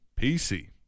PC